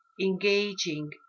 engaging